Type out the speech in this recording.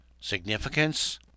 Significance